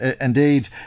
Indeed